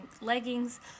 leggings